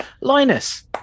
Linus